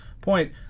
point